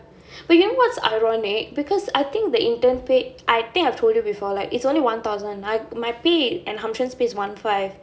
but you know what's ironic because I think the intern pay I think I've told you before like it's only one thousand like my pay and pay is one five